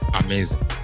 amazing